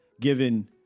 given